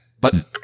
button